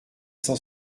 cent